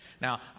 Now